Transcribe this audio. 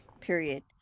period